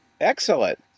Excellent